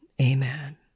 Amen